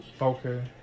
Okay